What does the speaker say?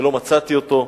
שלא מצאתי אותו,